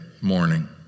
morning